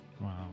Wow